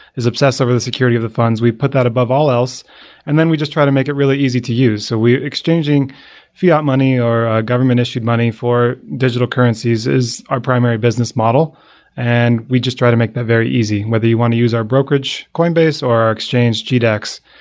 is obsess over the security of the funds. we put that above all else and then we just try to make it really easy to use. so exchanging fiat money or a government issued money for digital currencies is our primary business model and we just try to make that very easy, whether you want to use our brokerage coinbase or our exchange gdax.